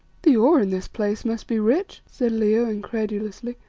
the ore in this place must be rich, said leo, incredulously,